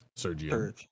Sergio